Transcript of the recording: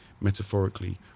metaphorically